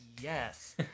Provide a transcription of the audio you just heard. Yes